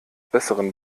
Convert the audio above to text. besseren